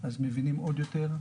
אז מבינים עוד יותר .